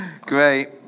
Great